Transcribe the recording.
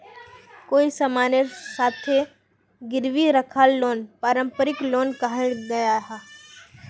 कोए सामानेर साथे गिरवी राखाल लोन पारंपरिक लोन कहाल गयाहा